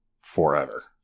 forever